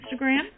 Instagram